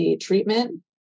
treatment